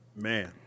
man